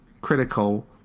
critical